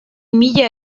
mila